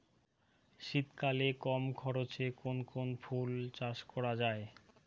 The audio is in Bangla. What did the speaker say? শীতকালে কম খরচে কোন কোন ফুল চাষ করা য়ায়?